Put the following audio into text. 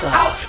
out